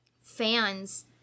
fans